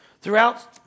Throughout